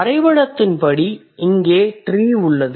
வரைபடத்தின்படி இங்கே tree உள்ளது